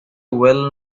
well